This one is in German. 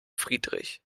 friedrich